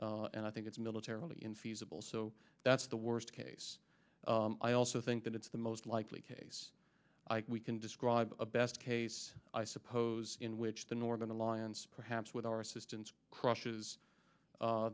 and i think it's militarily infeasible so that's the worst case i also think that it's the most likely case we can describe a best case i suppose in which the northern alliance perhaps with our assistance crushes